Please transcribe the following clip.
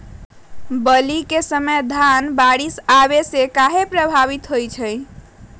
बली क समय धन बारिस आने से कहे पभवित होई छई?